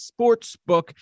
Sportsbook